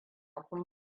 kun